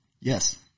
Yes